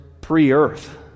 pre-earth